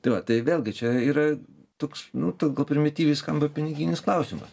tai va tai vėlgi čia yra toks nu ta gal primityviai skamba piniginis klausimas